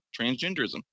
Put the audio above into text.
transgenderism